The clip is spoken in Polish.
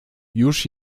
już